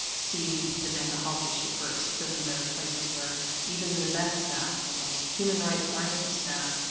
see the mental health issue first. prisons are places where even the best staff, the most human-rights-oriented staff,